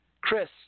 Chris